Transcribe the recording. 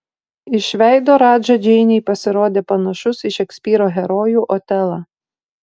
iš veido radža džeinei pasirodė panašus į šekspyro herojų otelą